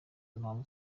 impamvu